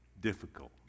difficult